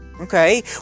okay